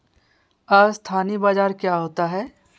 अस्थानी बाजार क्या होता है?